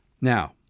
Now